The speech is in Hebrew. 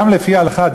גם לפי ההלכה,